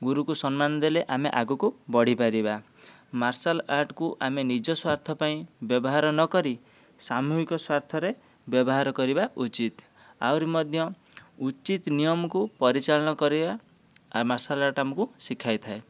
ଗୁରୁକୁ ସମ୍ମାନ ଦେଲେ ଆମେ ଆଗକୁ ବଢ଼ିପାରିବା ମାର୍ଶାଲଆର୍ଟକୁ ଆମେ ନିଜ ସ୍ୱାର୍ଥ ପାଇଁ ବ୍ୟବହାର ନ କରି ସାମୁହିକ ସ୍ୱାର୍ଥରେ ବ୍ୟବହାର କରିବା ଉଚିତ ଆହୁରି ମଧ୍ୟ ଉଚିତ ନିୟମକୁ ପରିଚାଳନ କରିବା ମାର୍ଶାଲଆର୍ଟ ଆମକୁ ଶିଖାଇଥାଏ